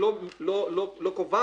לתקנה